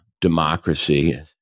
democracy